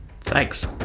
Thanks